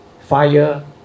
Fire